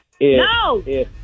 No